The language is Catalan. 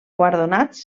guardonats